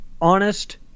honest